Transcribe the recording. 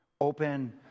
open